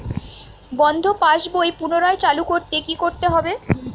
বন্ধ passbook পুনরায় চালু করতে কি করতে হবে?